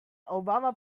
obama